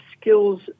skills